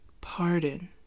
pardon